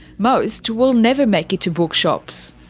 most will never make it to bookshops.